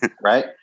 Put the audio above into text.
right